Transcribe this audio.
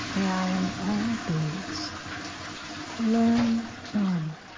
may i and all beings learn from